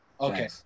Okay